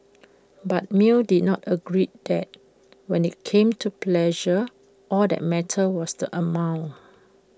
but mill did not agree that when IT came to pleasure all that mattered was the amount